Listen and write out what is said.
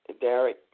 Derek